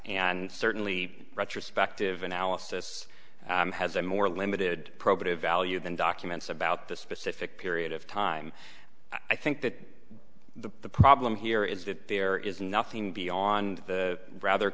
and certainly retrospective analysis has a more limited probative value than documents about the specific period of time i think that the problem here is that there is nothing beyond the rather